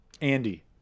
Andy